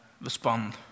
respond